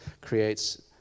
creates